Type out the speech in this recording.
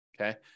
okay